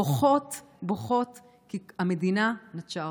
בוכות ובוכות, כי המדינה נטשה אותן.